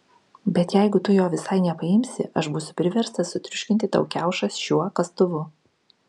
bet jeigu tu jo visai nepaimsi aš būsiu priverstas sutriuškinti tau kiaušą šiuo kastuvu